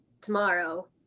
tomorrow